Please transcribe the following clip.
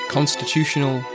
Constitutional